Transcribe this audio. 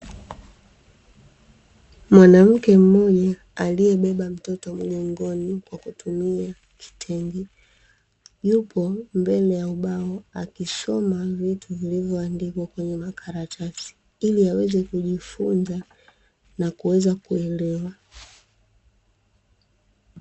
Mwanamke mmoja aliyebeba mtoto mgongoni kwa kutumia kitenge, yupo mbele ya ubao akisoma vitu vilivyoandikwa kwenye makaratasi, ili aweze kujifunza na kuelewa.